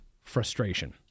frustration